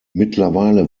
mittlerweile